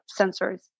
sensors